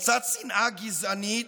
הפצת שנאה גזענית,